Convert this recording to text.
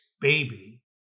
baby